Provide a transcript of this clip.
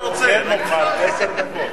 עוד עשר דקות.